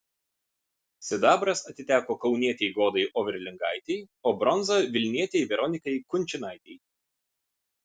sidabras atiteko kaunietei godai overlingaitei o bronza vilnietei veronikai kunčinaitei